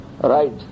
right